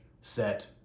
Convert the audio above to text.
set